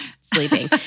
sleeping